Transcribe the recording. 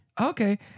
Okay